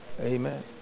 Amen